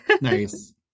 Nice